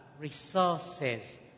resources